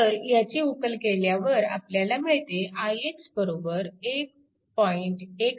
तर ह्याची उकल केल्यावर आपल्याला मिळते ix 1